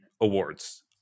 awards